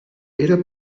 era